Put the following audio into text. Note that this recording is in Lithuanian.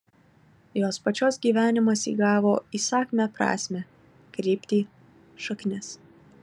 jos pačios gyvenimas įgavo įsakmią prasmę kryptį šaknis